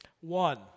One